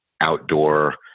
outdoor